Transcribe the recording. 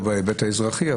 לא האזרחי.